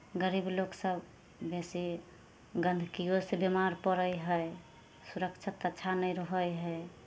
गरीब लोकसभ बेसी गन्दगीओसँ बिमार पड़ै हइ सुरक्षित अच्छा नहि रहै हइ